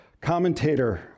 Commentator